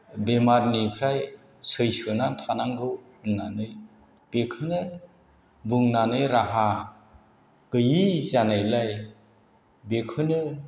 बेमारनिफ्राय सैसोनानै थानांगौ होननानै बेखौनो बुंनानै राहा गैयि जानायलाय बेखौनो